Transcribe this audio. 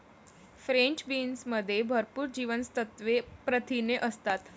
French बीन्समध्ये भरपूर जीवनसत्त्वे, प्रथिने असतात